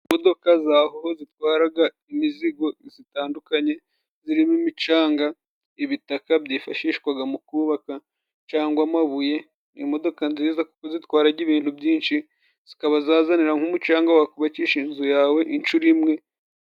Imodoka za hoho zitwaraga imizigo itandukanye zirimo imicanga, ibitaka byifashishwaga mu kubaka cangwa amabuye. Imodoka nziza kuko zitwara ibintu byinshi, zikaba zazanira nk’umucanga wakubakisha inzu yawe inshuro imwe.